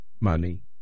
money